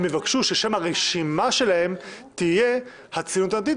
יבקשו ששם הרשימה שלהם יהיה "הציונות הדתית",